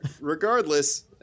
regardless